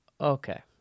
Okay